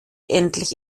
endlich